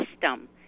system